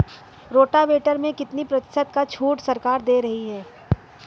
Rotavator में कितनी प्रतिशत का छूट सरकार दे रही है?